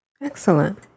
Excellent